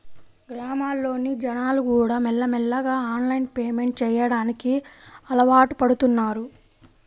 గ్రామాల్లోని జనాలుకూడా మెల్లమెల్లగా ఆన్లైన్ పేమెంట్ చెయ్యడానికి అలవాటుపడుతన్నారు